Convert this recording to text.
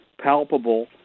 palpable